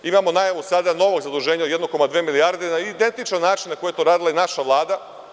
Imamo najavu sada novog zaduženja od 1,2 milijarde na identičan način kako je to radila i naša Vlada.